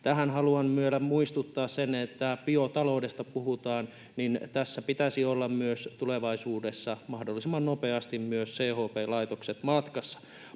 tähän haluan vielä muistuttaa sen, että kun biotaloudesta puhutaan, niin tässä pitäisi olla myös tulevaisuudessa mahdollisimman nopeasti myös CHP-laitokset matkassa.